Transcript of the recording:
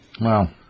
Wow